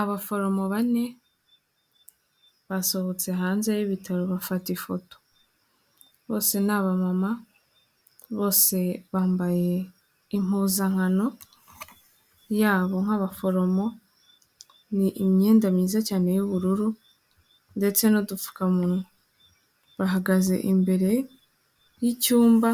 Abaforomo bane basohotse hanze y'ibitaro bafata ifoto, bose ni abamama bose bambaye impuzankano yabo nk'abaforomo n'imyenda myiza cyane y'ubururu ndetse n'udupfukamunwa, bahagaze imbere y'icyumba